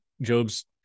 job's